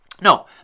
No